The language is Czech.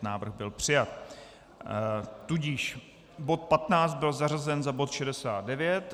Návrh byl přijat, tudíž bod 15 byl zařazen za bod 69.